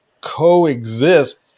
coexist